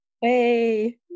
Hey